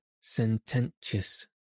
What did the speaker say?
sententious